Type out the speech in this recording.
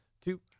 two